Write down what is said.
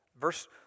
Verse